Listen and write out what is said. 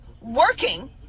working